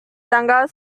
tanggal